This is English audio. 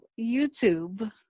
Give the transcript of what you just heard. YouTube